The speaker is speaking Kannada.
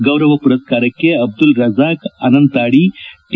ಗೌರವ ಪುರಸ್ಕಾರಕ್ಕೆ ಅಬ್ದುಲ್ ರಜಾಕ್ ಅನಂತಾಡಿ ಟಿ